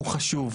הוא חשוב,